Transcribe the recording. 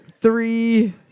three